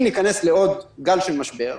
אם ניכנס לעוד גל של משבר,